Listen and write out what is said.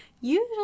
usually